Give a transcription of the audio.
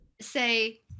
say